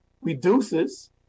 reduces